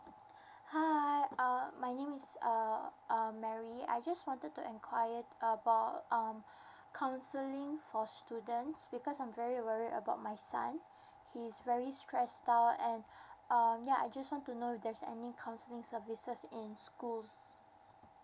hi uh my name is err uh mary I just wanted to enquiry about um counselling for students because I'm very worry about my son he is very stress out um ya I just want to know if there's any counselling services in schools